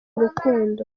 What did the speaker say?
urukundo